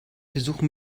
besuchen